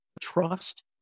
Trust